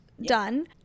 done